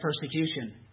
persecution